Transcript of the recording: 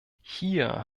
hier